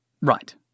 Right